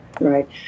Right